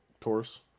Taurus